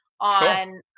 on